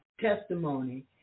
testimony